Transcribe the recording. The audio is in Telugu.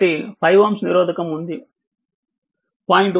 కాబట్టి 5Ω నిరోధకం ఉంది 0